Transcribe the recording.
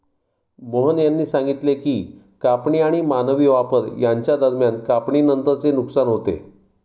मोहन यांनी सांगितले की कापणी आणि मानवी वापर यांच्या दरम्यान कापणीनंतरचे नुकसान होते